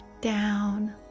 down